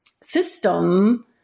system